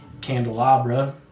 candelabra